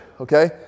Okay